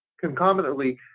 concomitantly